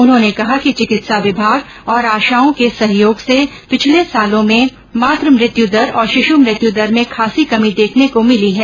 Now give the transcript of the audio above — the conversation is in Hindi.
उन्होंने कहा कि चिकित्सा विभाग और आशाओं के सहयोग से पिछले सालों में मातृ मृत्यु दर और शिशु मृत्यु दर में खासी कमी देखने को मिली है